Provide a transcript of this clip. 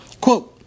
Quote